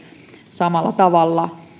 samalla tavalla